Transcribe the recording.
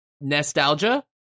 Nostalgia